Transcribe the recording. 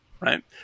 right